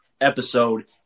episode